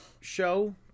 show